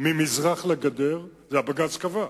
ממזרח לגדר, את זה בג"ץ קבע,